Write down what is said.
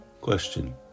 Question